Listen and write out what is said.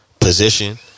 position